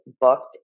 booked